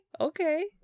Okay